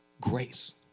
Grace